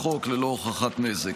לחוק ללא הוכחת נזק.